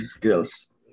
girls